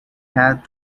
had